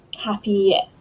happy